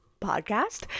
podcast